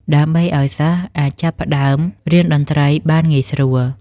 ដើម្បីឲ្យសិស្សអាចចាប់ផ្តើមរៀនតន្ត្រីបានងាយស្រួល។